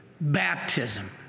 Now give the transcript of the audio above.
Baptism